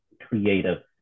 creative